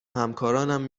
همکارانم